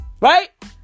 Right